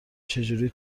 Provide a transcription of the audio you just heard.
چجوری